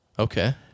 Okay